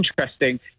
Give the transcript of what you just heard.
interesting